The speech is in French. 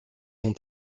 ont